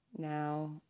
Now